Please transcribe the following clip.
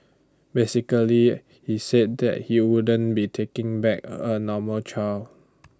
basically he said that he wouldn't be taking back A normal child